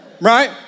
right